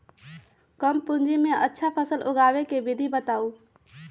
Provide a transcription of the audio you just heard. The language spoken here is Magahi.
कम पूंजी में अच्छा फसल उगाबे के विधि बताउ?